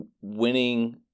winning